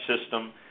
system